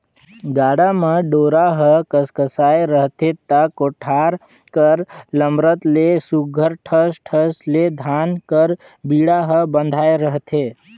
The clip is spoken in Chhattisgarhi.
गाड़ा म डोरा हर कसकसाए रहथे ता कोठार कर लमरत ले सुग्घर ठस ठस ले धान कर बीड़ा हर बंधाए रहथे